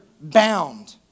bound